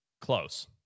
Close